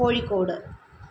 Kozhikode